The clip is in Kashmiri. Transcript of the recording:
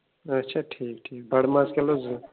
اچھا ٹھیٖک ٹھیٖک بَڑٕ ماز کِلوٗ زٕ